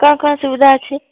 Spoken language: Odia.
କ'ଣ କ'ଣ ସୁବିଧା ଅଛି